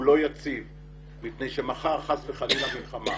הוא לא יציב מפני שמחר חס וחלילה מלחמה